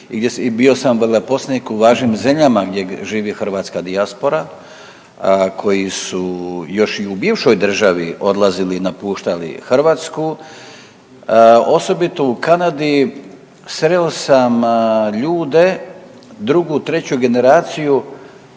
i bio sam veleposlanik u važnim zemljama gdje živi hrvatska dijaspora koji su još i u bivšoj državi odlazili i napuštali Hrvatsku, osobito u Kanadi sreo sam ljude drugu treću generaciju